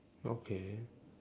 okay